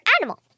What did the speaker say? animal